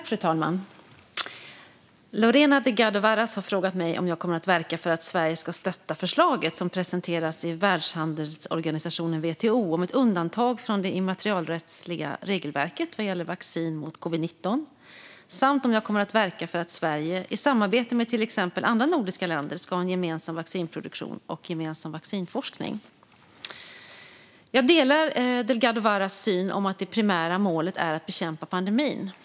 Fru talman! Lorena Delgado Varas har frågat mig om jag kommer att verka för att Sverige ska stötta förslaget som presenterats i Världshandelsorganisationen, WTO, om ett undantag från det immaterialrättsliga regelverket vad gäller vaccin mot covid-19 samt om jag kommer att verka för att Sverige i samarbete med till exempel andra nordiska länder ska ha en gemensam vaccinproduktion och en gemensam vaccinforskning. Jag delar Delgado Varas syn att det primära målet är att bekämpa pandemin.